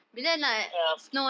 ya